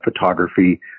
photography